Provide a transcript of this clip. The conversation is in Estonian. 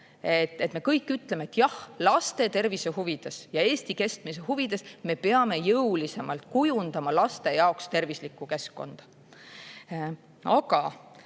me kõik ütleme: jah, laste tervise huvides ja Eesti kestmise huvides me peame jõulisemalt kujundama laste jaoks tervislikku keskkonda?